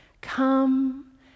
come